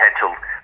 potential